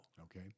Okay